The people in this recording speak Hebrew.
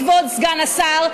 כבוד סגן השר,